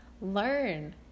learn